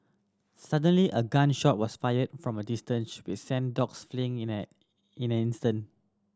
suddenly a gun shot was fired from a distance which sent dogs fleeing in an in an instant